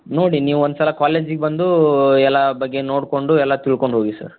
ನೋಡಿ ನೀವೊಂದ್ಸಲ ಕಾಲೇಜಿಗೆ ಬಂದು ಎಲ್ಲ ಬಗ್ಗೆ ನೋಡಿಕೊಂಡು ಎಲ್ಲ ತಿಳ್ಕೊಂಡೋಗಿ ಸರ್